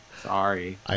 Sorry